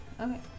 Okay